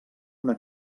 una